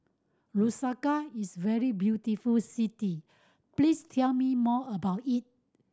Lusaka is a very beautiful city please tell me more about it